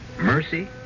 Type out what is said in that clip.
mercy